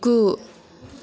गु